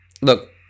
Look